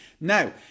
now